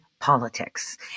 politics